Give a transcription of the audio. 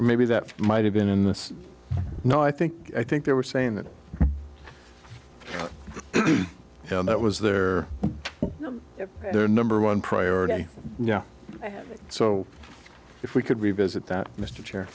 maybe that might have been in this no i think i think they were saying that that was their their number one priority yeah so if we could revisit that mr chair